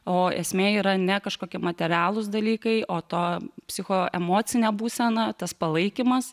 o esmė yra ne kažkokie materialūs dalykai o to psichoemocinė būsena tas palaikymas